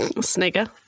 snigger